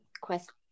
Quest